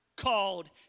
Called